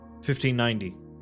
1590